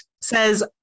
says